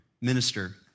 minister